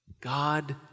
God